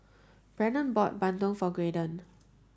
Brennon bought Bandung for Graydon